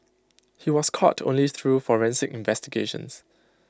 he was caught only through forensic investigations